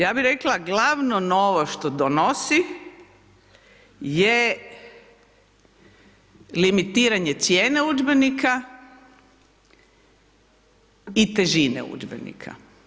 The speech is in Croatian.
Ja bih rekla glavnu novost što donosi je limitiranje cijene udžbenika i težine udžbenika.